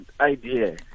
idea